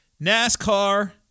NASCAR